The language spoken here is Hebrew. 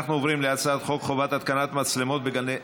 אנחנו עוברים להצעת חוק חובת התקנת מצלמות בגני,